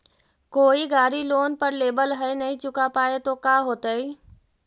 कोई गाड़ी लोन पर लेबल है नही चुका पाए तो का होतई?